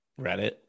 Reddit